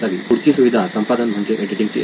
पुढची सुविधा संपादन म्हणजेच एडिटिंग ची असावी